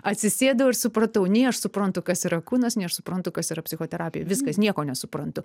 atsisėdau ir supratau nei aš suprantu kas yra kūnas nei aš suprantu kas yra psichoterapija viskas nieko nesuprantu